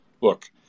look